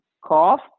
cough